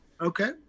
okay